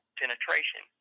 penetration